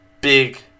big